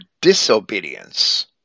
disobedience